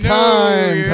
time